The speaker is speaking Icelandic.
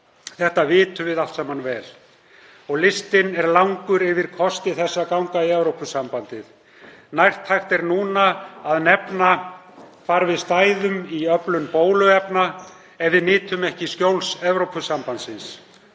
Þetta vitum við allt saman vel. Listinn er langur yfir kosti þess að ganga í Evrópusambandið. Nærtækt er núna að nefna hvar við stæðum í öflun bóluefna ef við nytum ekki skjóls Evrópusambandsins